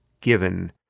given